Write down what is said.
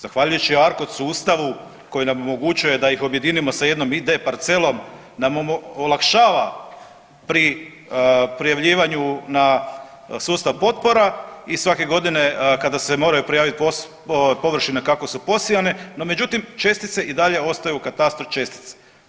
Zahvaljujući ARKOD sustavu koji nam omogućuje da ih objedinimo sa jednom ID parcelom nam olakšava pri prijavljivanju na sustav potpora i svake godine kada se moraju prijavit površine kako su posijane no međutim čestice i dalje ostaju u katastru čestice.